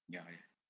ya ya